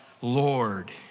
Lord